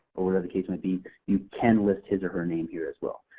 or or the case might be you can list his or her name here as well.